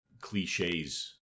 cliches